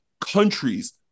countries